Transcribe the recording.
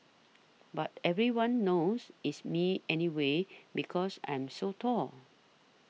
but everyone knows it's me anyways because I'm so tall